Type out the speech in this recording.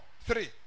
three